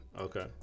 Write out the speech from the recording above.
Okay